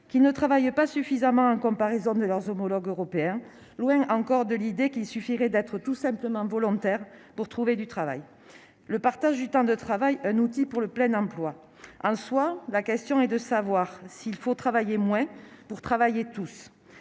qu'ils ne travaillent pas suffisamment en comparaison de leurs homologues européens, loin aussi de l'idée qu'il suffirait d'être volontaire, tout simplement, pour trouver du travail. « Le partage du temps de travail, un outil pour le plein emploi ?»: la question est de savoir s'il faut travailler moins pour travailler tous.